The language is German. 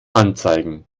anzeigen